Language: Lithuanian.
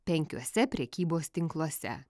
penkiuose prekybos tinkluose